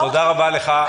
תודה רבה לך.